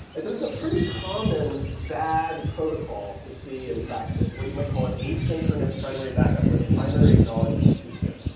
this is a pretty common bad protocol to see in practice. what you might call an asynchronous primary backup where the primary acknowledges too soon.